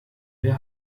der